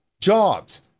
jobs